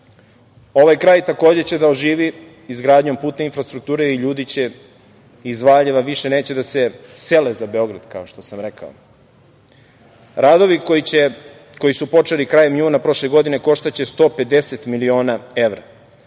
Ovaj kraj, takođe, će da oživi izgradnjom putne infrastrukture i ljudi iz Valjeva više neće da se sele za Beograd, kao što sam rekao. Radovi koji su počeli krajem juna prošle godine koštaće 150 miliona evra. Od